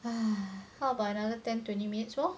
hmm how about another ten twenty minutes more